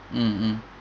mm mm